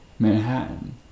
Manhattan